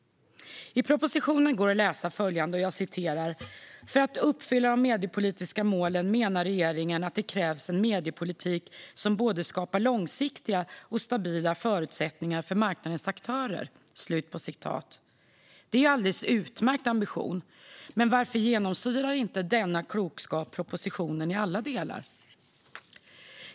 I propositionen går det att läsa följande: "För att uppfylla de mediepolitiska målen menar regeringen att det krävs en mediepolitik som både skapar långsiktiga och stabila förutsättningar för marknadens aktörer -." Det är en alldeles utmärkt ambition. Men varför genomsyrar inte denna klokskap propositionen i alla delar?